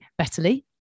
betterly